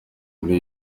muri